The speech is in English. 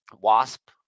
Wasp